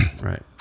right